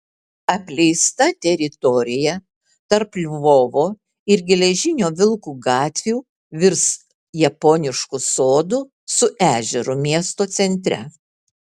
apleista teritorija tarp lvovo ir geležinio vilko gatvių virs japonišku sodu su ežeru miesto centre